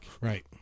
Right